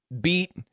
beat